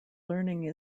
learning